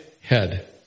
head